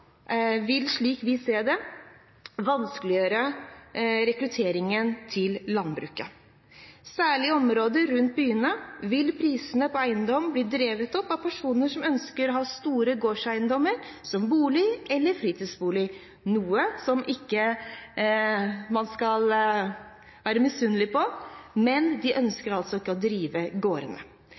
vil, slik vi ser det, vanskeliggjøre rekrutteringen til landbruket. Særlig i områder rundt byene vil prisene på eiendom bli drevet opp av personer som ønsker å ha store gårdseiendommer som bolig eller fritidsbolig, noe man ikke skal være misunnelig på, men de ønsker altså ikke å drive gårdene.